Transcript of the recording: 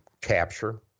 capture